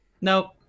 nope